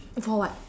for what